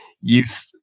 youth